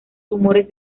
tumores